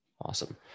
Awesome